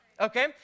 okay